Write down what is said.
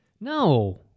No